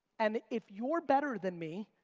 and if you're better than me,